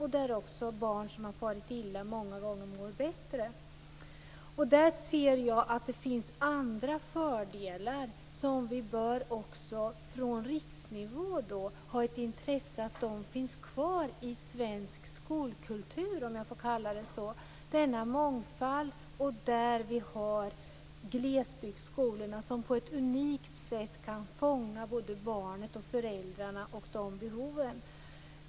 Här kan också barn som har farit illa många gånger må bättre. Jag ser också att det finns andra fördelar. Vi bör på riksnivå ha ett intresse av att ha kvar denna mångfald i svensk skolkultur, om jag får kalla det så, där glesbygdsskolorna på ett unikt sätt kan fånga både barnet och föräldrarna och dessa behov.